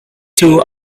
two